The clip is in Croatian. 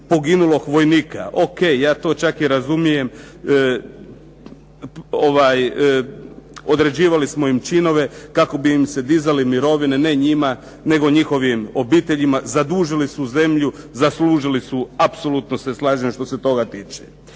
poginulog vojnika. O.k. ja to čak i razumijem. Određivali smo im činove kako bi im se dizali mirovine, ne njima nego njihovim obiteljima. Zadužili su zemlju, zaslužili su apsolutno se slažem što se toga tiče.